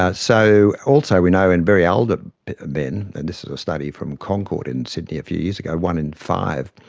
ah so also we know in very older men, and this is a study from concord in sydney a few years ago, one in five